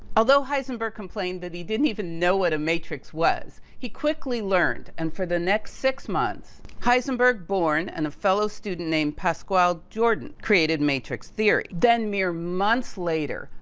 although heisenberg complained that he didn't even know what a matrix was, he quickly learned and for the next six months heisenberg, born and a fellow student named pascual jordan created matrix theory. then mere months later,